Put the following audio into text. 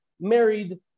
married